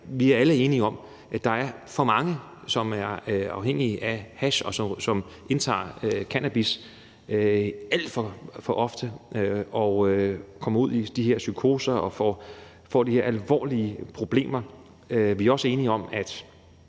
Vi er alle enige om, at der er for mange, som er afhængige af hash, og som indtager cannabis alt for ofte og kommer ud i de her psykoser og får de her alvorlige problemer. Der er også – og det